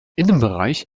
innenbereich